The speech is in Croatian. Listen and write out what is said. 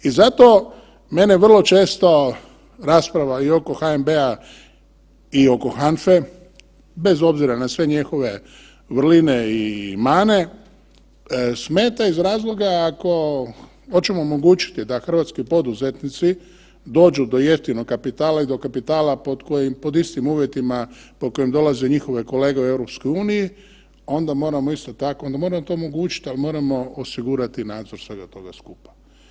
I zato mene vrlo često rasprava i oko NHB-a i oko HANFE bez obzira na sve njihove vrline i mane smeta iz razloga ako hoćemo omogućiti da hrvatski poduzetnici dođu do jeftinog kapitala i do kapitala pod kojim, pod istim uvjetima po kojim dolaze njihove kolege u EU onda moramo isto tako, onda moramo to omogućiti ali moramo osigurati nadzor svega toga skupa.